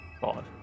five